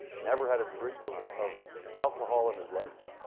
never had a drink of of alcohol in his life,